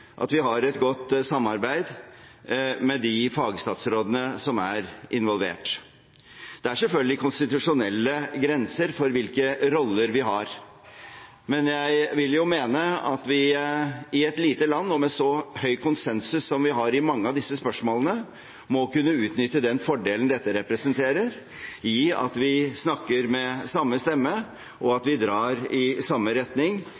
er selvfølgelig konstitusjonelle grenser for hvilke roller vi har, men jeg vil mene at i et lite land og med så høy konsensus som vi har i mange av disse spørsmålene, må vi kunne utnytte den fordelen dette representerer – at vi snakker med samme stemme og at vi drar i samme retning